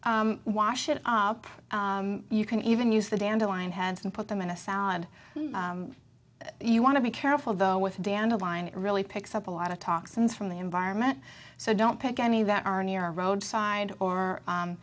it wash it up you can even use the dandelion heads and put them in a salad you want to be careful though with dandelion it really picks up a lot of toxins from the environment so don't pick any that are near a roadside or